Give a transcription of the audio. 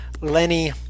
Lenny